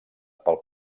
pel